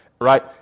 Right